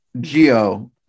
geo